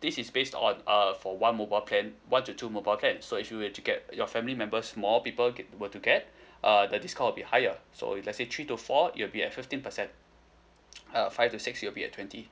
this is based on uh for one mobile plan one to two mobile plan so if you were to get your family members more people get were to get uh the discount will be higher so if let's say three to four it will be at fifteen percent uh five to six it will be at twenty